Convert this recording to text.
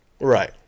Right